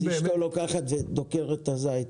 אז אשתו לוקחת מזלג ודוקרת את הזית.